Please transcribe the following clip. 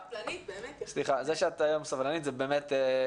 אני רוצה